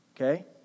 okay